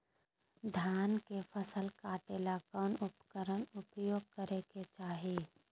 धान के फसल काटे ला कौन उपकरण उपयोग करे के चाही?